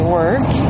work